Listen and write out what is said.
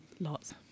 Lots